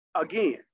again